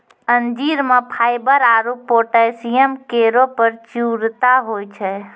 अंजीर म फाइबर आरु पोटैशियम केरो प्रचुरता होय छै